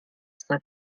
saint